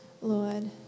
Lord